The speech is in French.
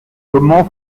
comment